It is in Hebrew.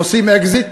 עושים אקזיט.